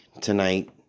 tonight